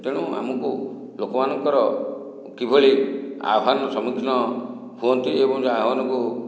ତେଣୁ ଆମକୁ ଲୋକମାନଙ୍କର କିଭଳି ଆହ୍ୱାନର ସମ୍ମୁଖୀନ ହୁଅନ୍ତି ଏବଂ ଯାହା ଏମାନଙ୍କୁ